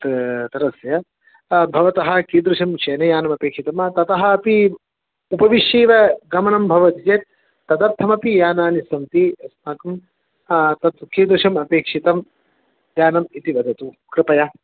तत् स्तरस्य भवतः कीदृशं शयनयानम् अपेक्षितं वा ततः अपि उपविश्यैव गमनं भवति चेत् तदर्थमपि यानानि सन्ति अस्माकं तत् कीदृशम् अपेक्षितं यानम् इति वदतु कृपया